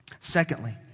Secondly